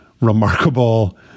remarkable